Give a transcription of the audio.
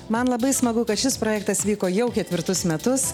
man labai smagu kad šis projektas vyko jau ketvirtus metus